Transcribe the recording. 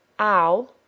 ow